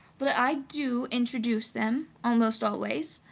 but i do introduce them almost always.